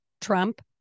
Trump